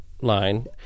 line